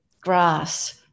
grass